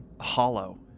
hollow